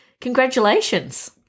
Congratulations